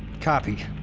copy.